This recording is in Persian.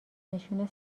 نشون